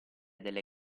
delle